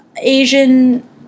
Asian